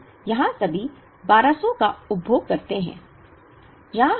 हम यहां सभी 1200 का उपभोग करते हैं